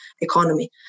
economy